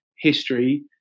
history